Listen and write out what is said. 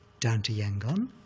down to yangon,